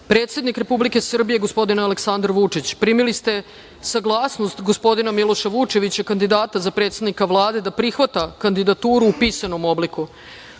predsednik Republike Srbije gospodin Aleksandar Vučić. Primili ste saglasnost gospodina Miloša Vučevića, kandidata za predsednika Vlade da prihvata kandidaturu u pisanom obliku. Takođe,